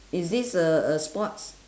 is this uh a sports